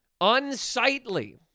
unsightly